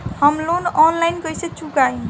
हम loan online कइसे चुकाई?